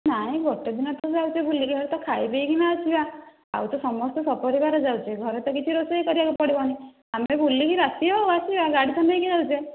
ନାହିଁ ଗୋଟିଏ ଦିନ ତ ଯାଉଛେ ବୁଲିକି ତ ଖାଇଦେଇ କରି ଆସିବା ଆଉ ତ ସମସ୍ତେ ସପରିବାର ଯାଉଛେ ଘରେ ତ କିଛି ରୋଷେଇ କରିବାକୁ ପଡ଼ିବନି ଆମେ ବୁଲିକି ରାତି ହେଉ ଆସିବା ଗାଡ଼ି ତ ନେଇକି ଯାଉଛେ